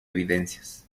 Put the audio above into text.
evidencias